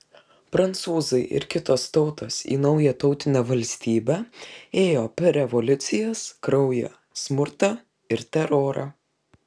prancūzai ir kitos tautos į naują tautinę valstybę ėjo per revoliucijas kraują smurtą ir terorą